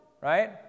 Right